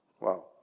Wow